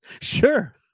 sure